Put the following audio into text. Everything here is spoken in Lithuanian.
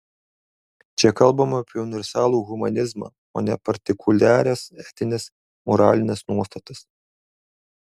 čia kalbama apie universalų humanizmą o ne partikuliaras etines moralines nuostatas